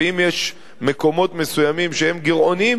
ואם יש מקומות מסוימים שהם גירעוניים,